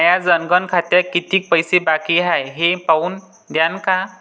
माया जनधन खात्यात कितीक पैसे बाकी हाय हे पाहून द्यान का?